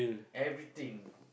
everything